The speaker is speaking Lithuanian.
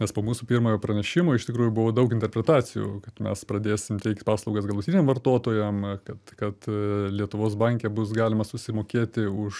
nes po mūsų pirmojo pranešimo iš tikrųjų buvo daug interpretacijų kad mes pradėsim teikt paslaugas galutiniam vartotojam kad kad lietuvos banke bus galima susimokėti už